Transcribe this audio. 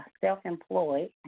self-employed